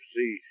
see